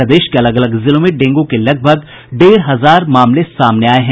प्रदेश के अलग अलग जिलों में डेंग् के लगभग डेढ़ हजार मामले सामने आये हैं